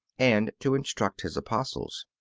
and to instruct his apostles.